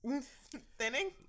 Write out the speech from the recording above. Thinning